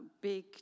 big